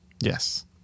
Yes